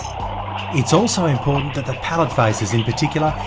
it's also important that the pallet faces in particular,